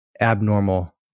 abnormal